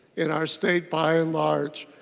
in our state by and large.